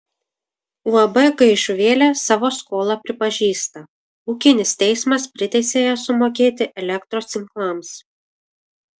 uab gaižuvėlė savo skolą pripažįsta ūkinis teismas priteisė ją sumokėti elektros tinklams